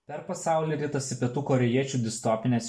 per pasaulį ritasi pietų korėjiečių distopinės